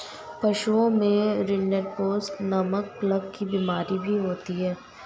पशुओं में रिंडरपेस्ट नामक प्लेग की बिमारी भी होती है